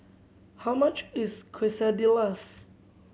how much is Quesadillas